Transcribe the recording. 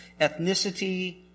ethnicity